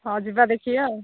ହଁ ଯିବା ଦେଖିବା ଆଉ